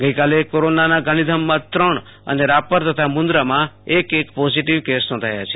ગઈક્રાલે કોરોનાના ગાંધીધામમાં ત્રણ અને રાપર તથા મુન્દ્રામાં એક એક પોઝિટિવ કેસ નોંધાયા છે